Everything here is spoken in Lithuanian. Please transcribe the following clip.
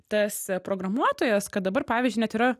tas programuotojas kad dabar pavyzdžiui net yra